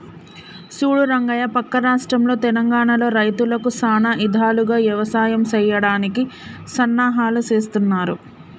సూడు రంగయ్య పక్క రాష్ట్రంలో తెలంగానలో రైతులకు సానా ఇధాలుగా యవసాయం సెయ్యడానికి సన్నాహాలు సేస్తున్నారు